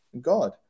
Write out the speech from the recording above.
God